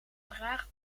traag